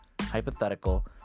hypothetical